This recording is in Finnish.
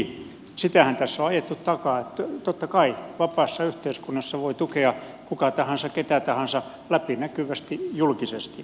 sitähän tässä on ajettu takaa että totta kai vapaassa yhteiskunnassa voi tukea kuka tahansa ketä tahansa läpinäkyvästi julkisesti